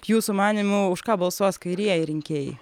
jūsų manymu už ką balsuos kairieji rinkėjai